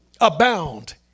abound